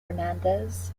fernandez